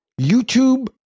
YouTube